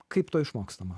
kaip to išmokstama